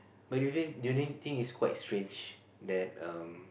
but you think you don't think it's quite strange that um